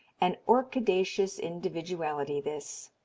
an orchidaceous individuality this.